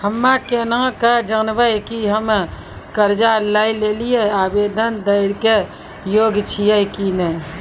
हम्मे केना के जानबै कि हम्मे कर्जा लै लेली आवेदन दै के योग्य छियै कि नै?